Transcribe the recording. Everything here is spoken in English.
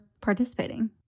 participating